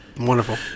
Wonderful